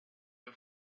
the